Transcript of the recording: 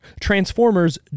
Transformers